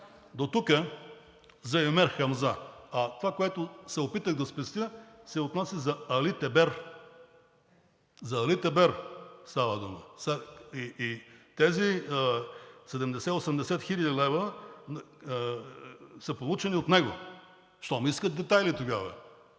Дотук за Юмер Хамза. А това, което се опитах да спестя, се отнася за Али Тебер. За Али Тебер става дума. И тези 70 – 80 хил. лв. са получени от него. Щом искат детайли тогава.